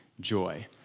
joy